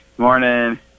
morning